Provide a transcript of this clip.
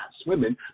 swimming